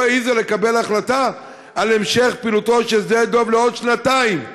לא העזה לקבל החלטה על המשך פעילותו של שדה דב לעוד שנתיים.